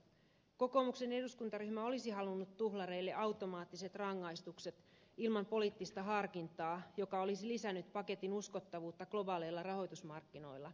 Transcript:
kokoomuksen eduskuntaryhmä olisi halunnut tuhlareille automaattiset rangaistukset ilman poliittista harkintaa mikä olisi lisännyt paketin uskottavuutta globaaleilla rahoitusmarkkinoilla